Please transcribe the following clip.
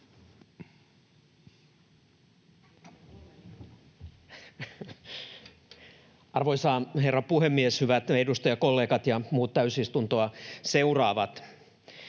Arvoisa herra puhemies! Hyvät edustajakollegat ja muut täysistuntoa seuraavat!